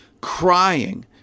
crying